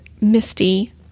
Misty